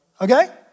okay